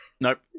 Nope